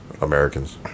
americans